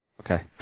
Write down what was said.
Okay